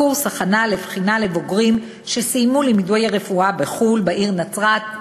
קורס הכנה לבחינה לבוגרים שסיימו לימודי רפואה בחו"ל בעיר נצרת,